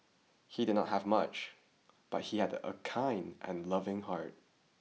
he did not have much but he had a kind and loving heart